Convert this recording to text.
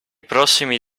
prossimi